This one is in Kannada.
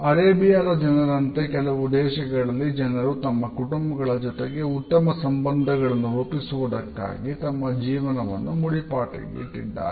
ಅರೇಬಿಯಾದ ಜನರಂತೆ ಕೆಲವು ದೇಶಗಳಲ್ಲಿ ಜನರು ತಮ್ಮ ಕುಟುಂಬಗಳ ಜೊತೆಗೆ ಉತ್ತಮ ಸಂಬಂಧಗಳನ್ನು ರೂಪಿಸುವುದಕ್ಕಾಗಿ ತಮ್ಮ ಜೀವನವನ್ನು ಮುಡಿಪಾಗಿಟ್ಟಿದ್ದಾರೆ